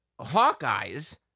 Hawkeyes